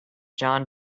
john